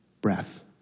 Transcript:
breath